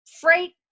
Freight